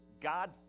god